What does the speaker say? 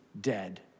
dead